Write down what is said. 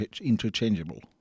interchangeable